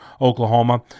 Oklahoma